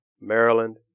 Maryland